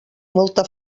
molta